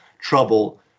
trouble